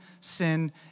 sin